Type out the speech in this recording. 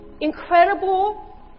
incredible